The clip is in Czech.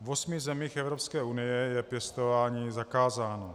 V osmi zemích Evropské unie je pěstování zakázáno.